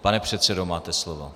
Pane předsedo, máte slovo.